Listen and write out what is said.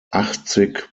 achtzig